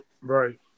Right